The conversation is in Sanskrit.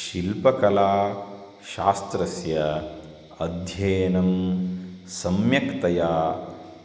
शिल्पकला शास्त्रस्य अध्ययनं सम्यक्तया